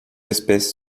espèces